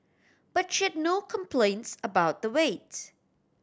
but she had no complaints about the waits